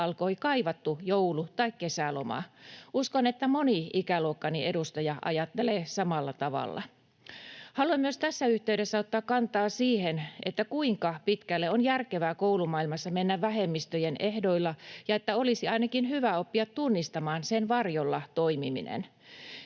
alkoi kaivattu joulu- tai kesäloma. Uskon, että moni ikäluokkani edustaja ajattelee samalla tavalla. Haluan myös tässä yhteydessä ottaa kantaa siihen, kuinka pitkälle on järkevää koulumaailmassa mennä vähemmistöjen ehdoilla ja että olisi ainakin hyvä oppia tunnistamaan sen varjolla toimiminen.